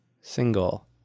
single